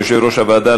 יושב-ראש הוועדה,